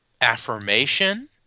affirmation